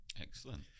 Excellent